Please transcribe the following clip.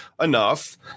enough